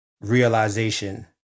realization